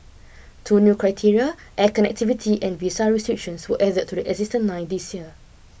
two new criteria air connectivity and visa restrictions were added to the existing nine this year